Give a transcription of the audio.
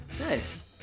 nice